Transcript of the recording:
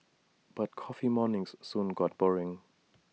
but coffee mornings soon got boring